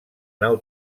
nau